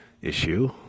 issue